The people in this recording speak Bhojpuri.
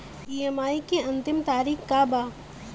ई.एम.आई के अंतिम तारीख का बा?